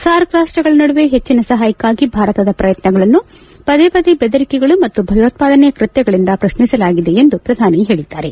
SAARC ರಾಷ್ಟಗಳ ನಡುವೆ ಹೆಚ್ಚಿನ ಸಹಾಯಕ್ಕಾಗಿ ಭಾರತದ ಪ್ರಯತ್ನಗಳನ್ನು ಪದೇ ಪದೇ ಬೆದರಿಕೆಗಳು ಮತ್ತು ಭಯೋತ್ಪಾದನೆಯ ಕೃತ್ಯಗಳಿಂದ ಪ್ರಶ್ನಿಸಲಾಗಿದೆ ಎಂದು ಪ್ರಧಾನಿ ಹೇಳಿದ್ದಾರೆ